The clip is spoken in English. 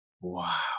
Wow